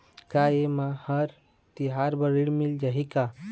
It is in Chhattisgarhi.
का ये मा हर तिहार बर ऋण मिल जाही का?